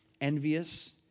envious